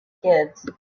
kids